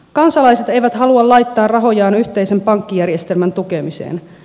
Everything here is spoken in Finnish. kansalaiset eivät halua laittaa rahojaan yhteisen pankkijärjestelmän tukemiseen